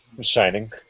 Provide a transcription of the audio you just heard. shining